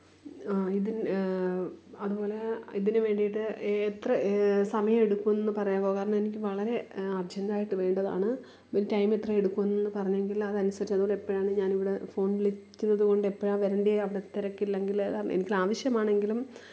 ഇതിന് അതുപോലെ ഇതിന് വേണ്ടിയിട്ട് ഏത്ര സമയം എടുക്കുവെന്നൊന്ന് പറയാവോ കാരണം എനിക്ക് വളരെ അര്ജന്റ്റായിട്ട് വേണ്ടതാണ് മിന് ടൈമെത്ര എടുക്കുവെന്നൊന്ന് പറഞ്ഞെങ്കില് അതനുസരിച്ച് അതുപോലെ എപ്പോഴാണ് ഞാനിവിടെ ഫോണ് വിളിക്കുന്നത് കൊണ്ട് എപ്പോഴാണു വരണ്ടിയെ അവിടെ തിരക്കില്ലെങ്കില് എനിക്കാവശ്യമാണെങ്കിലും